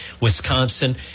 Wisconsin